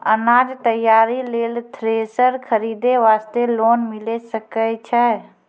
अनाज तैयारी लेल थ्रेसर खरीदे वास्ते लोन मिले सकय छै?